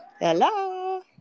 Hello